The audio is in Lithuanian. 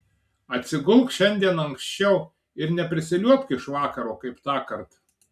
atsigulk šiandien anksčiau ir neprisiliuobk iš vakaro kaip tąkart